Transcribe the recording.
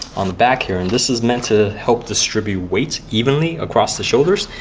on the back here, and this is meant to help distribute weight evenly across the shoulders.